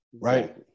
Right